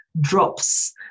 drops